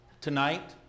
tonight